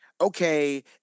okay